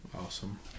Awesome